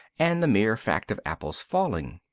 and the mere fact of apples falling.